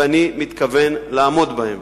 ואני מתכוון לעמוד בהם.